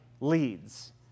leads